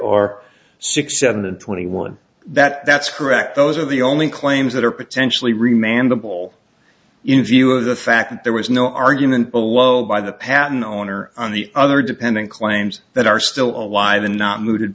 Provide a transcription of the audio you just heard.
are six seven and twenty one that that's correct those are the only claims that are potentially re mandible in view of the fact that there was no argument below by the patent owner on the other depending claims that are still alive and not moot